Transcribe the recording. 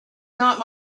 not